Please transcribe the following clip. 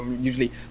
usually